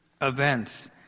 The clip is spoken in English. events